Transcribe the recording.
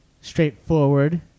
Straightforward